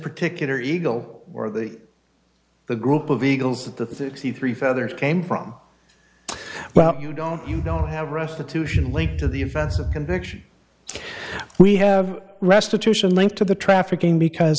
particular eagle or the the group of eagles that the sixty three feathers came from but you don't you don't have restitution linked to the offense a conviction we have restitution linked to the trafficking because